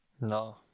No